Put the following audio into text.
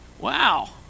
Wow